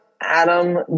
Adam